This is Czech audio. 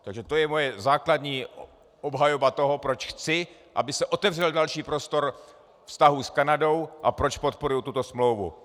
Takže to je moje základní obhajoba toho, proč chci, aby se otevřel další prostor vztahů s Kanadou, a proč podporuji tuto smlouvu.